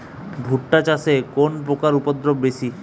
ভুট্টা চাষে কোন পোকার উপদ্রব বেশি?